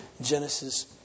Genesis